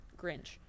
Grinch